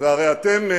והרי אתם,